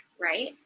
right